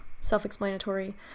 self-explanatory